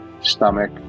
stomach